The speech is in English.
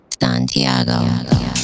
Santiago